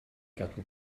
gadw